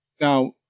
Now